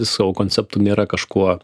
savo konceptu nėra kažkuo